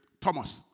Thomas